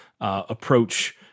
approach